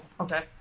Okay